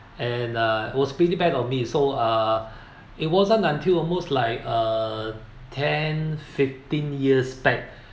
and uh was pretty bad of me so uh it wasn't until almost like uh ten fifteen years back